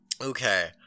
okay